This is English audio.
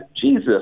Jesus